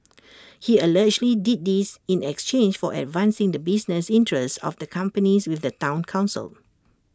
he allegedly did this in exchange for advancing the business interests of the companies with the Town Council